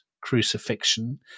crucifixion